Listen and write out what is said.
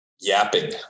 yapping